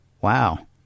Wow